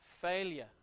Failure